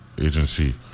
agency